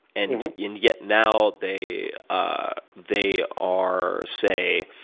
and and yet now, they ah they are, say,